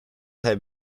have